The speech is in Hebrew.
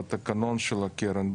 בתקנון של הקרן,